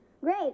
Great